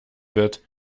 wird